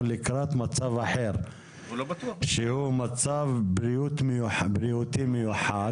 לקראת מצב אחר שהוא מצב בריאותי מיוחד.